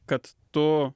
kad tu